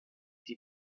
die